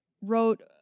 wrote